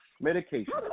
medication